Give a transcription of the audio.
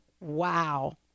Wow